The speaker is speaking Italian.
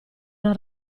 una